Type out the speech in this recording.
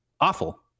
awful